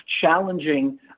challenging